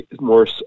more